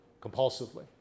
compulsively